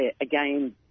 again